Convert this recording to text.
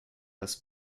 das